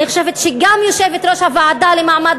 אני חושבת שגם יושבת-ראש הוועדה למעמד